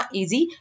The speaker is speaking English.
Easy